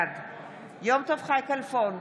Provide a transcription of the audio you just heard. בעד יום טוב חי כלפון,